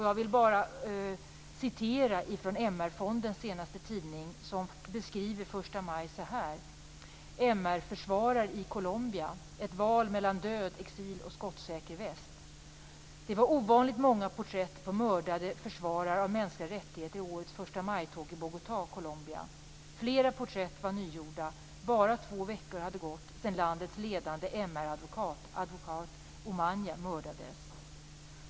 Jag vill återge något ur senaste numret av MR fondens tidning som beskriver första maj så här under rubriken MR-försvarare i Colombia: Ett val mellan död, exil och skottsäker väst: "Det var ovanligt många porträtt på mördade försvarare av mänskliga rättigheter i årets förstamaj-tåg i Bogotá, Colombia. Flera porträtt var nygjorda, bara två veckor hade gått sedan landets ledande mradvokat, Eduardo Umaña, mördades.